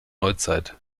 neuzeit